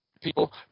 people